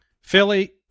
Philly